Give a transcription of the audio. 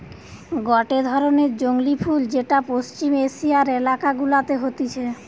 গটে ধরণের জংলী ফুল যেটা পশ্চিম এশিয়ার এলাকা গুলাতে হতিছে